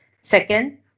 Second